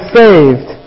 saved